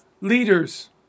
leaders